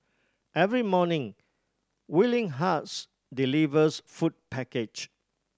every morning Willing Hearts delivers food package